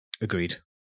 Agreed